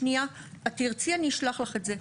שנייה, את תרצי, אני אשלח לך את זה.